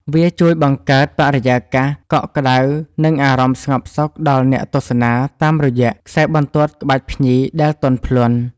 វាជួយបង្កើតបរិយាកាសកក់ក្ដៅ និងអារម្មណ៍ស្ងប់សុខដល់អ្នកទស្សនា តាមរយៈខ្សែបន្ទាត់ក្បាច់ភ្ញីដែលទន់ភ្លន់។